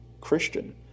Christian